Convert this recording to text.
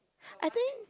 I think